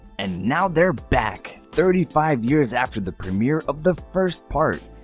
and now they are back, thirty five years after the premiere of the first part.